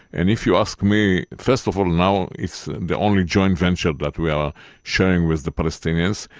and if you ask me, first of all now it's the only joint venture that we are sharing with the palestinians.